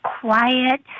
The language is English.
quiet